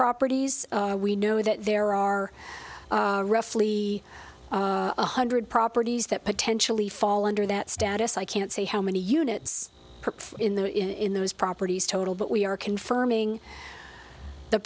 properties we know that there are roughly one hundred properties that potentially fall under that status i can't say how many units in there in those properties total but we are confirming the